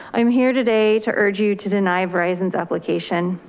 i'm here today to urge you to deny verizon's application.